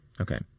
Okay